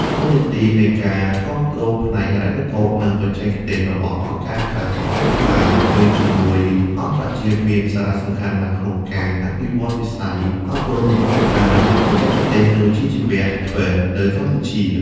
តួនាទីនៃការគាំទ្រផ្នែកហិរញ្ញវត្ថុ និងបច្ចេកទេសរបស់អង្គការក្រៅរដ្ឋាភិបាល និងជំនួយអន្តរជាតិមានសារៈសំខាន់ណាស់ក្នុងការអភិវឌ្ឍវិស័យអប់រំបណ្តុះបណ្តាលបច្ចេកទេស និងវិជ្ជាជីវៈ (TVET) នៅកម្ពុជា។